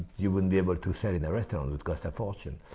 you wouldn't be able to set in a restaurant it would cost a fortune!